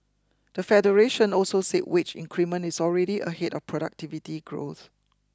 the Federation also said wage increment is already ahead of productivity growth